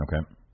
Okay